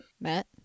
Matt